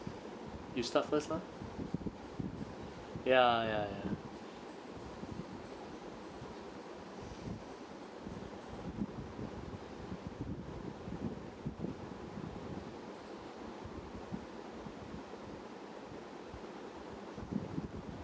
you start first lah ya ya ya